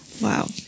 Wow